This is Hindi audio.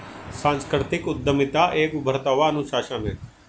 सांस्कृतिक उद्यमिता एक उभरता हुआ अनुशासन है